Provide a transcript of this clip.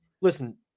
listen